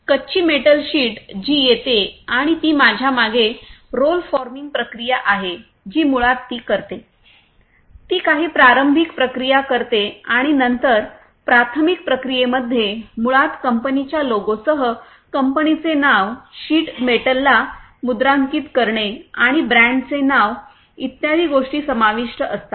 कच्ची metal sheet जी येते आणि ती माझ्यामागे रोल फॉर्मिंग प्रक्रिया आहे जी मुळात ती करते ती काही प्रारंभिक प्रक्रिया करते आणि नंतर प्राथमिक प्रक्रियेमध्ये मुळात कंपनीच्या लोगोसह कंपनीचे नाव शीट मेटलला मुद्रांकित करणे आणि ब्रँडचे नाव इत्यादी गोष्टी समाविष्ट असतात